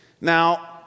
now